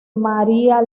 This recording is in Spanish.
maría